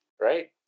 right